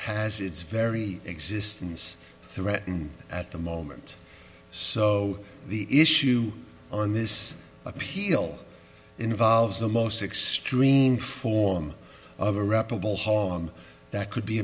has its very existence threatened at the moment so the issue on this appeal involves the most extreme form of irreparable harm that could be